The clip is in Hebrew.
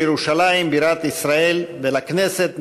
לירושלים בירת ישראל ולכנסת,